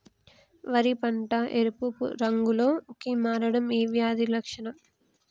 వరి పంట ఎరుపు రంగు లో కి మారడం ఏ వ్యాధి లక్షణం?